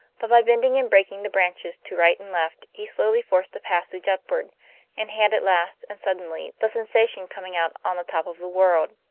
but, by bending and breaking the branches to right and left he slowly forced a passage upward and had at last, and suddenly, the sensation coming out on the top of the world.